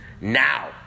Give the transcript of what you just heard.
now